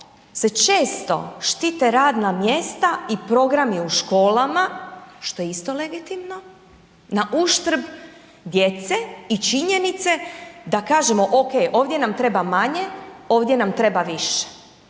se često štite radna mjesta i programi u školama, što je isto legitimno nauštrb djece i činjenice da kažemo ok, ovdje nam treba manje, ovdje nam treba više,